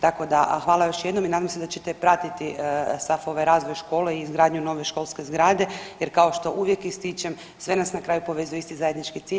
Tako da hvala još jednom i nadam se da ćete pratiti sav ovaj razvoj škole i izgradnju nove školske zgrade jer kao što uvijek ističem sve nas na kraju povezuje isti zajednički cilj.